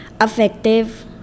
effective